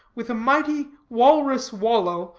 with a mighty, walrus wallow,